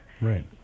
right